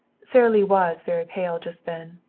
sara lee was very pale just then.